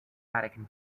vatican